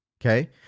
Okay